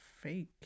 fake